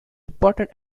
important